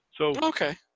Okay